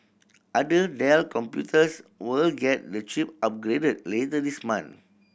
other Dell computers will get the chip upgraded later this month